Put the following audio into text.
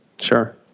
sure